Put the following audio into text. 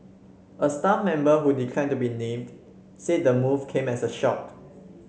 a staff member who declined to be named said the move came as a shock